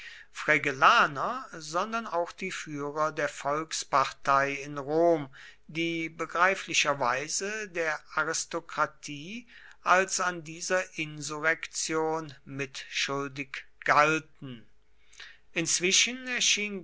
fregellaner sondern auch die führer der volkspartei in rom die begreiflicherweise der aristokratie als an dieser insurrektion mitschuldig galten inzwischen